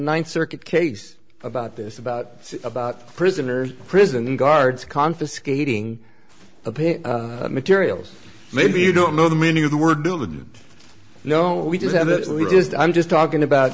ninth circuit case about this about about prisoners prison guards confiscating a pit materials maybe you don't know the meaning of the word building you know we just have it we just i'm just talking about